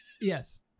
Yes